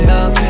up